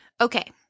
Okay